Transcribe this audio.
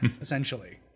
essentially